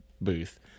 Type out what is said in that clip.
booth